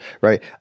Right